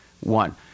one